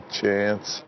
chance